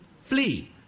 Flee